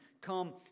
Come